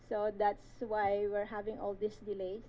so that's why we're having all this delayed